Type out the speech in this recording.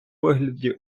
вигляді